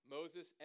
Moses